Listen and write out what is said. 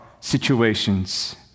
situations